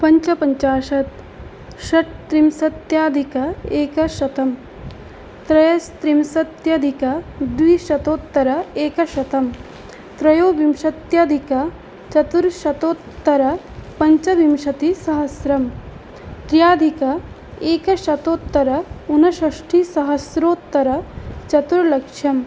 पञ्चपञ्चाशत् षट्त्रिँशदधिक एकशतं त्रयस्त्रिंशदधिकद्विशतोत्तर एकशतं त्रयोविंशत्यधिक चतुश्शतोत्तरपञ्चविंशतिसहस्रं त्र्यधिक एकशतोत्तर ऊनषष्ठिसहस्रोत्तर चतुर्लक्षम्